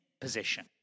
position